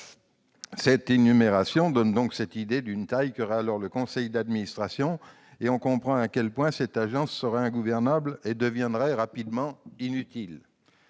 Cette énumération donne une idée de la taille qu'aurait alors le conseil d'administration et l'on comprend à quel point cette agence serait ingouvernable, devenant rapidement inutile.